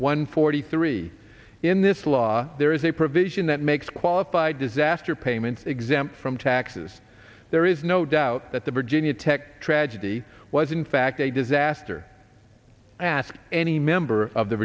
one forty three in this law there is a provision that makes qualified disaster payments exempt from taxes there is no doubt that the virginia tech tragedy was in fact a disaster ask any member of the